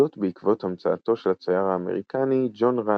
זאת בעקבות המצאתו של הצייר האמריקני, ג'ון רנד,